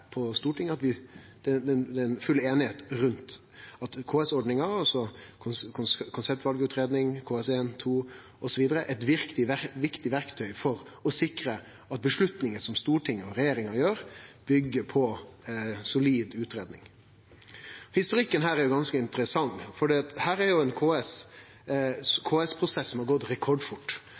på Stortinget er full einigheit om at KS-ordninga – altså konseptvalutreiing, KS1 og KS2 osv. – er eit viktig verktøy for å sikre at avgjerder som Stortinget og regjeringa gjer, byggjer på solid utgreiing. Historikken her er ganske interessant, for dette er ein KS-prosess som har gått rekordfort.